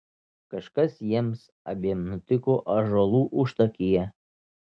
kažkas jiems abiem nutiko ąžuolų užtakyje